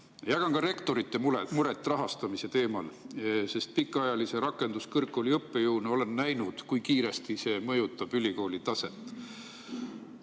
Jagan ka rektorite muret rahastamise pärast, sest pikaajalise rakenduskõrgkooli õppejõuna olen näinud, kui kiiresti see mõjutab ülikooli taset.